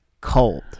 cold